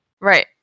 Right